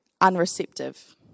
unreceptive